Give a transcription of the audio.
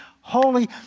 holy